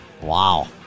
Wow